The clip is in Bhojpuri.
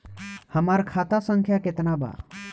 हमार खाता संख्या केतना बा?